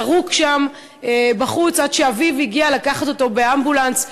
זרוק שם בחוץ עד שאביו הגיע לקחת אותו באמבולנס.